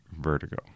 Vertigo